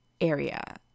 area